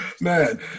Man